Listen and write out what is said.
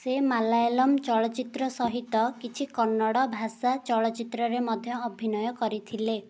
ସେ ମାଲାୟାଲମ୍ ଚଳଚ୍ଚିତ୍ର ସହିତ କିଛି କନ୍ନଡ ଭାଷା ଚଳଚ୍ଚିତ୍ରରେ ମଧ୍ୟ ଅଭିନୟ କରିଥିଲେ